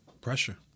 Pressure